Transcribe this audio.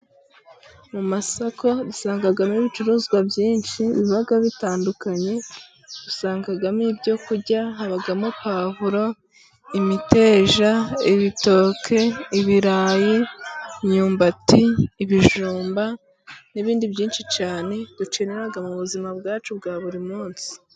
Mu masoko usangamo ibicuruzwa byinshi biba bitandukanye, usangamo ibyo kurya harimo: pavuro, imiteja, ibitoki, ibirayi, imyumbati, ibijumba n'ibindi byinshi cyane dukenera mu buzima bwacu bwa buri munsi.